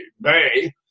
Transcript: Bay